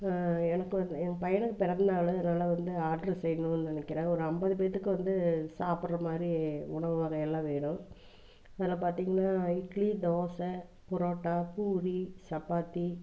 எனக்கு வந்து என் பையனுக்கு பிறந்த நாள் அதனால் வந்து ஆட்ரு செய்ணும்னு நெனைக்கிறேன் ஒரு ஐம்பது பேத்துக்கு வந்து சாப்பிட்ற மாதிரி உணவு வகையெல்லாம் வேணும் அதில் பார்த்திங்கன்னா இட்லி தோசை புரோட்டா பூரி சப்பாத்தி